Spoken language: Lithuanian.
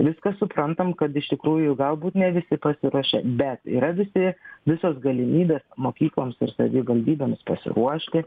viską suprantam kad iš tikrųjų galbūt ne visi pasiruošę bet yra visi visos galimybės mokykloms ir savivaldybėms pasiruošti